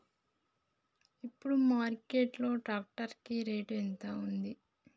ఇప్పుడు మార్కెట్ లో ట్రాక్టర్ కి రేటు ఎంత ఉంది?